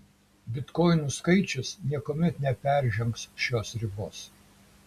bitkoinų skaičius niekuomet neperžengs šios ribos